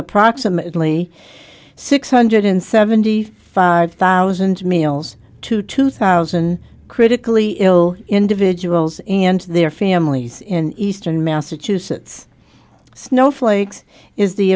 approximately six hundred seventy five thousand meals to two thousand critically ill individuals and their families in eastern massachusetts snowflakes is the